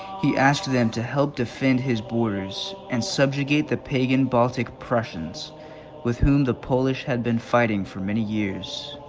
he asked them to help defend his borders and subjugate the pagan baltic prussians with whom the polish had been fighting for many years.